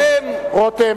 רותם,